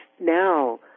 now